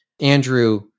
Andrew